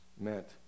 meant